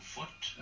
Foot